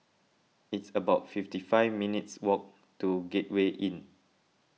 it's about fifty five minutes' walk to Gateway Inn